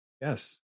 Yes